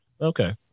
Okay